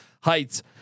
heights